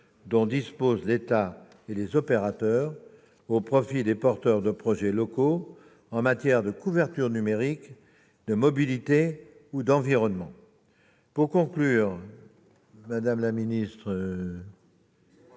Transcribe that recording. dont disposent l'État et les opérateurs au profit des porteurs de projets locaux en matière de couverture numérique, de mobilité ou d'environnement. Pour conclure, monsieur le ministre